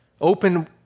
Open